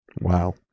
wow